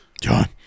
John